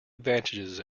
advantages